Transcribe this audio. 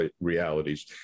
realities